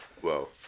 whoa